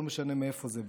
לא משנה מאיפה זה בא.